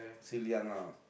still young ah